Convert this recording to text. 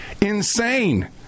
insane